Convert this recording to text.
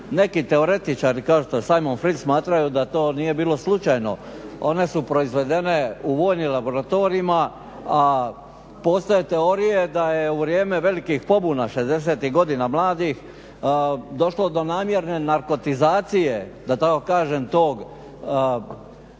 neki teoretičari kao što je Simon Fritz smatrao da to nije bilo slučajno, one su proizvedene u vojni laboratorijima a postoje teorije da je u vrijeme velikih pobuna 60-tih godina mladih došlo do namjerne narkotizacije da tako kažem tog